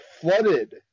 flooded